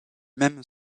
même